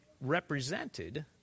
represented